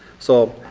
so,